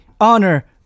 honor